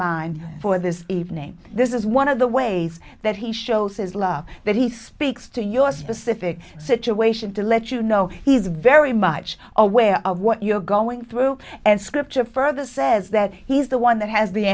mind for this evening this is one of the ways that he shows his love that he speaks to your specific situation to let you know he's very much aware of what you're going through and scripture further says that he's the one that has the